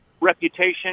reputation